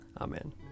Amen